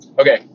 Okay